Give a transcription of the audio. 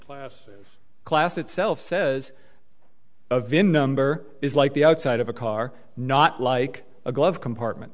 classes class itself says a vin number is like the outside of a car not like a glove compartment